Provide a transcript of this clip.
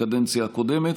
בקדנציה הקודמת.